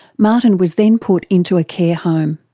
martin was then put into a care home.